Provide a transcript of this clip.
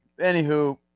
Anywho